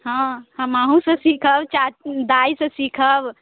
हँ हम अहूँसँ सीखब चा दाइसँ सीखब